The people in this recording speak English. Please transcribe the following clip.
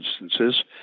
instances